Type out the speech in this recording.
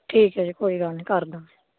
ਠੀਕ ਹੈ ਜੀ ਕੋਈ ਗੱਲ ਨਹੀਂ ਕਰਦਾ